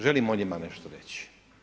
Želim o njima nešto reći.